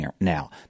now